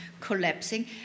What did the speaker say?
collapsing